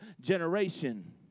generation